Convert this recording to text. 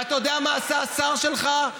ואתה יודע מה עשה השר שלך,